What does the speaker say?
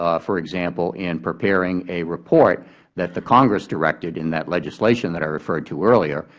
um for example, in preparing a report that the congress directed in that legislation that i referred to earlier,